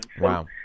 Wow